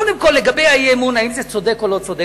קודם כול, לגבי האי-אמון, האם זה צודק או לא צודק.